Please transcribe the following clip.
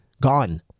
gone